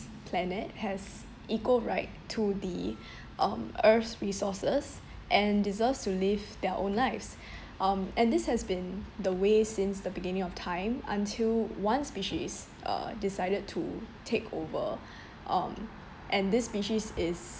planet has equal right to the um earth's resources and deserves to live their own lives um and this has been the way since the beginning of time until one species uh decided to take over um and this species is